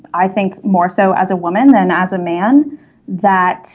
i think more so as a woman than as a man that